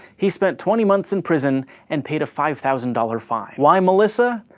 he spent twenty months in prison and paid a five thousand dollars fine. why melissa?